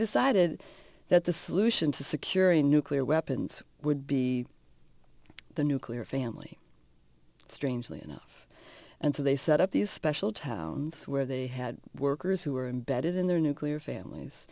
decided that the solution to securing nuclear weapons would be the nuclear family strangely enough and so they set up these special towns where they had workers who were embedded in their nuclear families